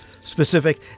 specific